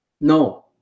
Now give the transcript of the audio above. no